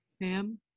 Ma'am